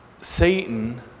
Satan